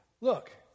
look